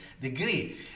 degree